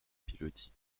pilotis